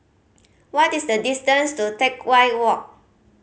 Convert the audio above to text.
what is the distance to Teck Whye Walk